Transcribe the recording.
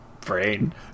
brain